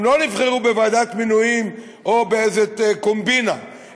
הם לא נבחרו בוועדת מינויים או באיזו קומבינה,